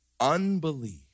Unbelief